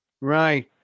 Right